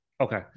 okay